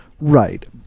Right